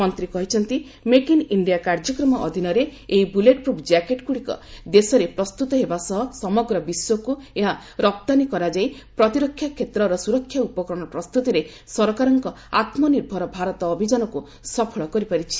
ମନ୍ତ୍ରୀ କହିଛନ୍ତି make in India କାର୍ଯ୍ୟକ୍ରମ ଅଧୀନରେ ଏହି ବୁଲେଟପ୍ରଫ୍ ଜ୍ୟାକେଟ୍ଗୁଡ଼ିକ ଦେଶରେ ପ୍ରସ୍ତୁତ ହେବା ସହ ସମଗ୍ର ବିଶ୍ୱକୁ ଏହା ରପ୍ତାନୀ କରାଯାଇ ପ୍ରତିରକ୍ଷା କ୍ଷେତ୍ରର ସୁରକ୍ଷା ଉପକରଣ ପ୍ରସ୍ତୁତିରେ ସରକାରଙ୍କ ଆତ୍ମନିର୍ଭର ଭାରତ ଅଭିଯାନକୁ ସଫଳ କରିପାରିଛି